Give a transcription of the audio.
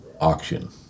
auction